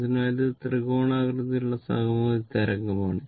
അതിനാൽ ഇത് ത്രികോണാകൃതിയിലുള്ള സമമിതി തരംഗമാണ്